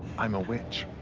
i'm a witch.